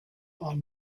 are